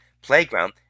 playground